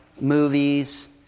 movies